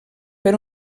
per